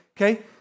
okay